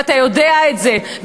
ואתה יודע את זה,